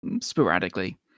sporadically